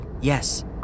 yes